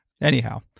Anyhow